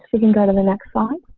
you can go to the next slide.